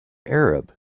arab